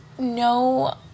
No